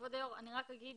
כבוד היושב-ראש, אני רק אגיד